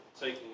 Taking